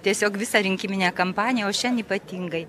tiesiog visą rinkiminę kampaniją o šian ypatingai